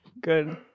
Good